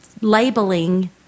labeling